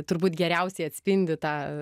turbūt geriausiai atspindi tą